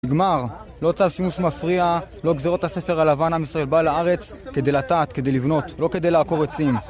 נגמר, לא צו שימוש מפריע, לא גזרות הספר הלבן, עם ישראל בא לארץ כדי לטעת, כדי לבנות, לא כדי לעקור עצים